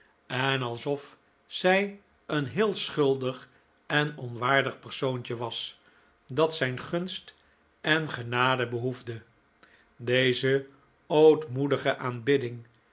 en alsof zij een heel schuldig en onwaardig persoontje was dat zijn gunst en genade behoefde t deze ootmoedige aanbidding